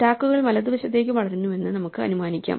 സ്റ്റാക്കുകൾ വലതുവശത്തേക്ക് വളരുന്നുവെന്ന് നമുക്ക് അനുമാനിക്കാം